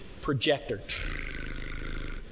projector